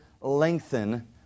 lengthen